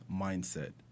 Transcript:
mindset